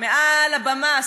מעל הבמה,